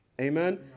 Amen